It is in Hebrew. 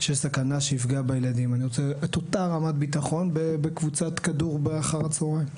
ייפגע בילדים אני רוצה את אותה רמת הביטחון בקבוצת כדור אחר הצוהריים.